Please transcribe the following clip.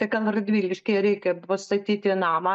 tai gal radviliškyje reikia pastatyti namą